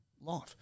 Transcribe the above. life